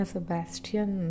Sebastian